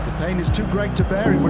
pain is too great to bear, it would